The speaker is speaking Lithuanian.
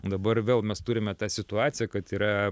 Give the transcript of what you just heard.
dabar vėl mes turime tą situaciją kad yra